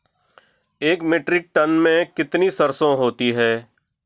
एक metric ton में कितनी सरसों होती है?